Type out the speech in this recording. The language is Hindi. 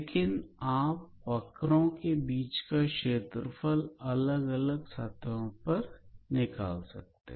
लेकिन आप वक्रो के बीच का क्षेत्रफल अलग अलग सतहों पर निकाल सकते हैं